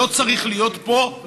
לא צריך להיות פה,